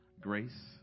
Grace